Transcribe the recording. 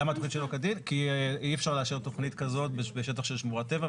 כי אי אפשר לאשר תכנית כזאת בשטח של שמורת טבע,